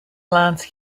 lance